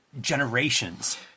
generations